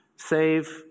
Save